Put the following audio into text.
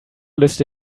liste